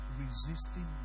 resisting